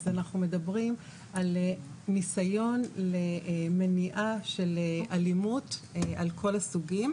אז אנחנו מדברים על ניסיון למניעה של אלימות על כל הסוגים,